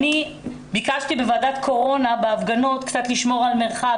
אני ביקשתי בוועדת הקורונה לשמור בהפגנות לשמור על מרחק,